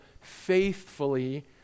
faithfully